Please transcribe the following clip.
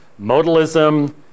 modalism